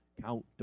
Count